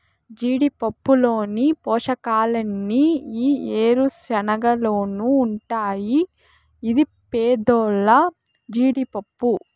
జీడిపప్పులోని పోషకాలన్నీ ఈ ఏరుశనగలోనూ ఉంటాయి ఇది పేదోల్ల జీడిపప్పు